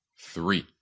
Three